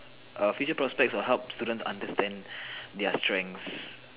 err future prospects will help students understand their strengths